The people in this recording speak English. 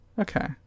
Okay